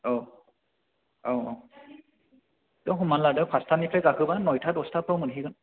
औ औ औ नों हमना लादो फास्थानिफ्राय गाखोबा नयथा दस्थाफ्राव मोनहैगोन